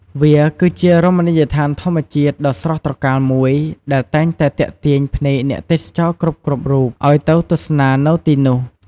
វាគឺជារមណីយដ្ឋានធម្មជាតិដ៏ស្រស់ត្រកាលមួយដែលតែងតែទាក់ទាញភ្នែកអ្នកទេសចរគ្រប់ៗរូបឲ្យទៅទស្សនានៅទីនោះ ។